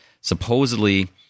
Supposedly